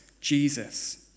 Jesus